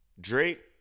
Drake